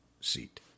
seat